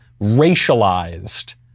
racialized